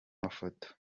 mafoto